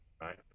Right